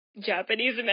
Japanese